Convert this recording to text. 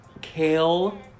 kale